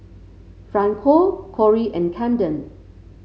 Franco Kori and Camden